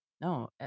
No